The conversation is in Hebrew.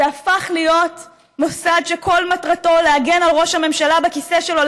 זה הפך להיות מוסד שכל מטרתו להגן על ראש הממשלה בכיסא שלו,